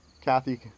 Kathy